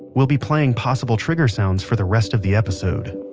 we'll be playing possible trigger sounds for the rest of the episode